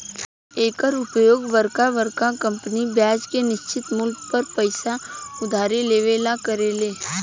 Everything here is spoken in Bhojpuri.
एकर उपयोग बरका बरका कंपनी ब्याज के निश्चित मूल पर पइसा उधारी लेवे ला करेले